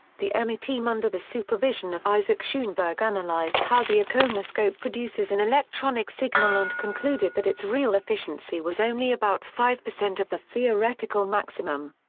the emi team under the supervision of isaac shoenberg analyzed how the iconoscope produces an electronic signal and concluded that its real efficiency was only about five percent of the theoretical maximum.